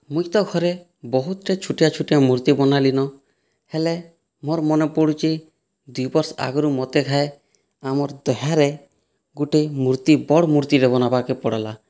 ମୁଇଁତ ଘରେ ବହୁତ୍ଟେ ଛୁଟିଆ ଛୁଟିଆ ମୂର୍ତ୍ତି ବନାଲିନ ହେଲେ ମୋର୍ ମନେପଡ଼ୁଛେ ଦୁଇ ବର୍ଷ ଆଗ୍ରୁ ମୋତେ ଘାଏ ଆମର୍ ତିହାରେ ଗୋଟେ ମୂର୍ତ୍ତି ବଡ଼୍ ମୂର୍ତ୍ତିଟେ ବନାବାକେ ପଡ଼୍ଲା